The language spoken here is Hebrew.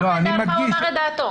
אמרת את דעתך והוא אמר את דעתו.